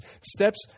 steps